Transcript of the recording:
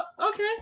okay